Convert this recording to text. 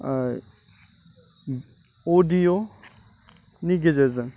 अडिय'नि गेजेरजों